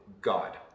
god